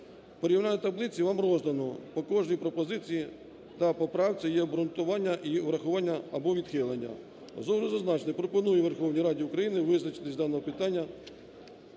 Порівняльну таблицю вам роздано. По кожній пропозиції та поправці є обґрунтування і врахування або відхилення. З огляду на зазначене пропоную Верховній Раді України визначитись з даного питання,